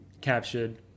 captured